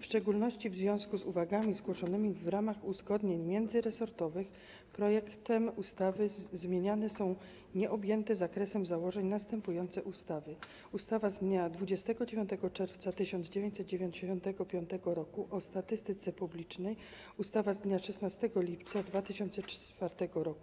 w szczególności w związku z uwagami zgłoszonymi w ramach uzgodnień międzyresortowych, projektem ustawy zmieniane są nieobjęte zakresem założeń następujące ustawy: ustawa z dnia 29 czerwca 1995 r. o statystyce publicznej, ustawa z dnia 16 lipca 2004 r.